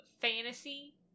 fantasy